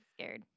scared